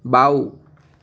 বাওঁ